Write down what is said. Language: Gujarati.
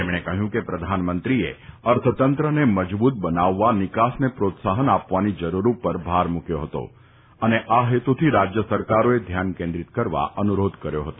તેમણે કહ્યું કે પ્રધાનમંત્રીએ અર્થતંત્રને મજબૂત બનાવવા નિકાસને પ્રોત્સાહન આપવાની જરૂર ઉપર ભાર મૂક્યો હતો અને આ હેતુથી રાજ્ય સરકારોએ ધ્યાન કેન્દ્રિત કરવા અનુરોધ કર્યો હતો